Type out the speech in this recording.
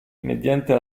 mediante